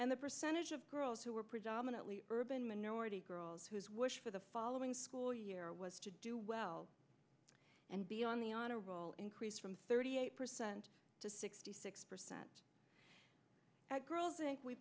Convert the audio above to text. and the percentage of girls who were predominantly urban minority girls whose wish for the following school year was to do well and be on the honor roll increase from thirty eight percent to sixty six percent girls think we